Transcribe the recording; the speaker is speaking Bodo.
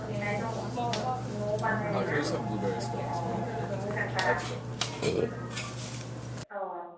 बिनाय दङ न'आव बानायनाय ना अ मोजांखादा अ